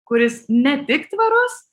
kuris ne tik tvarus